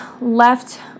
left